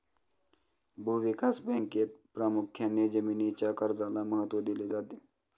भूविकास बँकेत प्रामुख्याने जमीनीच्या कर्जाला महत्त्व दिले जाते